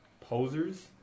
posers